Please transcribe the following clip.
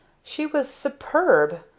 she was superb!